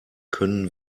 können